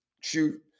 Shoot